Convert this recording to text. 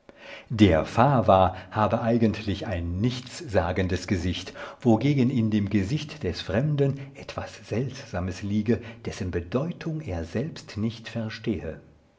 der fava habe eigentlich ein nichtssagendes gesicht wogegen in dem gesicht des fremden etwas seltsames liege dessen bedeutung er selbst nicht verstehe